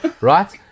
Right